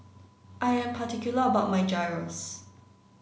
I am particular about my Gyros